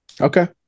Okay